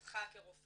שלך כרופא